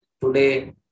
Today